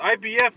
IBF